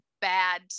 bad